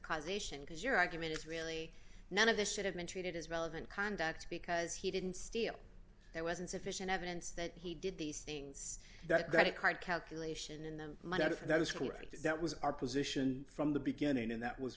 causation because your argument is really none of this should have been treated as relevant conduct because he didn't steal there wasn't sufficient evidence that he did these things that credit card can collation and then my dad if that is correct that was our position from the beginning and that was